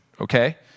okay